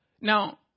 Now